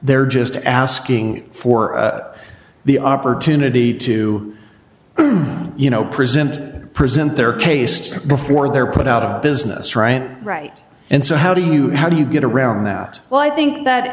they're just asking for the opportunity to you know present present their case to before they're put out of business right right and so how do you how do you get around that well i think that